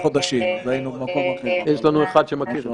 מהחולים ישנה חקירה אפידמיולוגית,